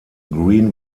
green